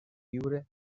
viure